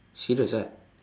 serious ah